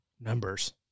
numbers